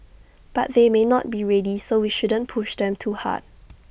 but they may not be ready so we shouldn't push them too hard